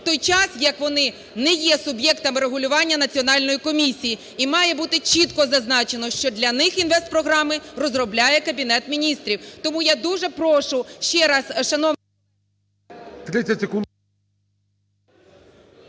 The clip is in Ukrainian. в той час, як вони не є суб'єктами регулювання Національної комісії. І має бути чітко зазначено, що для них інвестпрограми розробляє Кабінет Міністрів. Тому я дуже прошу, ще раз… ГОЛОВУЮЧИЙ.